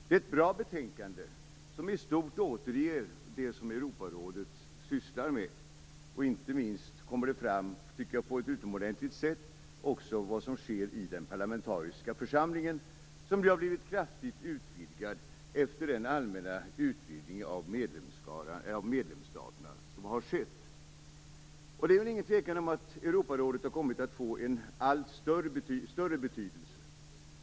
Det är ett bra betänkande, som i stort återger det som Europarådet sysslar med. Inte minst tycker jag att det på ett utomordentligt sätt kommer fram vad som sker i den parlamentariska församlingen, som har blivit kraftigt utvidgad efter den allmänna upptagning av medlemsstater som har skett. Det råder väl inget tvivel om att Europarådet har kommit att få en större betydelse.